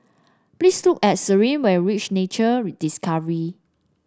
please to Sariah when you reach Nature Discovery